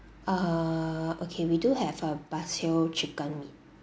err okay we do have a basil chicken meat